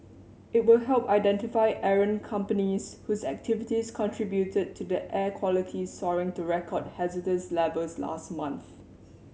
it will help identify errant companies whose activities contributed to the air quality soaring to record hazardous levels last month